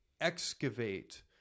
excavate